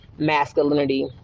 masculinity